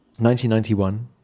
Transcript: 1991